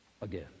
again